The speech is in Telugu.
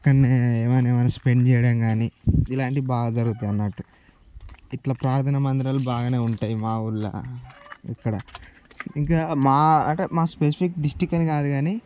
అక్కడనే ఏమైనా ఏమైనా స్పెండ్ చెయ్యడం కానీ ఇలాంటివి బాగా జరుగుతాయన్నట్టు ఇట్లా ప్రార్థన మందిరాలు బాగానే ఉంటాయి మా ఊర్లో ఇక్కడ ఇంకా మా అంటే మా స్పెసిఫిక్ డిస్ట్రిక్ట్ అని కాదు కానీ